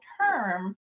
term